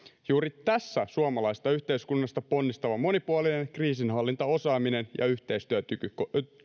juuri tässä suomalaisesta yhteiskunnasta ponnistava monipuolinen kriisinhallintaosaaminen ja yhteistyökyky